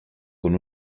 con